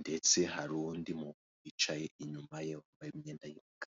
ndetse hari undi muntu wicaye inyuma ye wambaye imyenda y'umukara.